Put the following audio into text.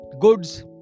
goods